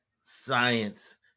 science